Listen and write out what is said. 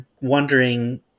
wondering